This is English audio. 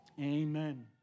Amen